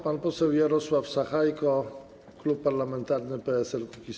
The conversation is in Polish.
Pan poseł Jarosław Sachajko, klub parlamentarny PSL-Kukiz15.